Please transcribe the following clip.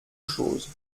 chose